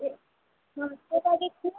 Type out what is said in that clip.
के बाजै छियै